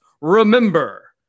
Remember